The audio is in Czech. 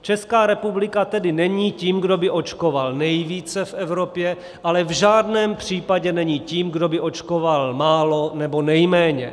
Česká republika tedy není tím, kdo by očkoval nejvíce v Evropě, ale v žádném případě není tím, kdo by očkoval málo nebo nejméně.